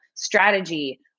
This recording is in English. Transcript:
Strategy